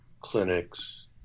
clinics